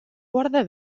guarda